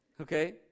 Okay